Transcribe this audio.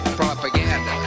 propaganda